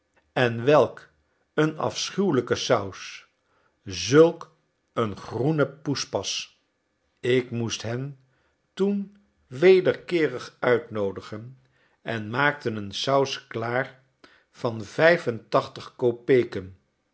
en welk een afschuwelijke saus zulk een groene poespas ik moest hen toen wederkeerig uitnoodigen en maakte een saus klaar van vijf en